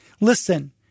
Listen